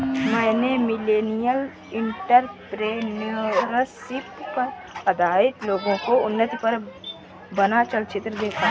मैंने millennial entrepreneurship पर आधारित लोगो की उन्नति पर बना चलचित्र देखा